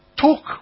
talk